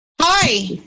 Hi